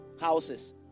houses